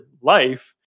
life